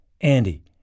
Andy